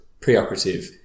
preoperative